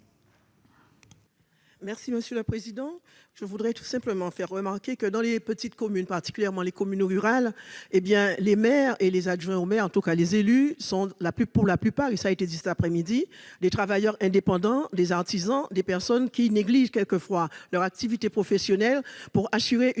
explication de vote. Je voudrais faire remarquer que dans les petites communes, particulièrement rurales, les maires et les adjoints au maire, en tout cas les élus, sont pour la plupart- cela a été dit cet après-midi -des travailleurs indépendants, des artisans, des personnes qui négligent parfois leur activité professionnelle pour assurer une